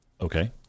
Okay